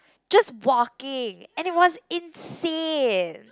just walking and it was insane